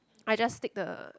I just stick the